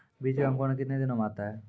बीज मे अंकुरण कितने दिनों मे आता हैं?